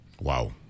wow